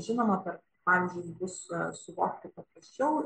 žinoma per pavyzdžius bus suvokti papraščiau